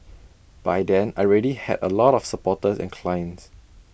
by then I already had A lot of supporters and clients